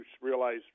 realize